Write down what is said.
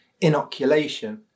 inoculation